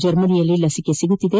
ಜರ್ಮನಿಯಲ್ಲಿ ಲಸಿಕೆ ಸಿಗುತ್ತಿದೆ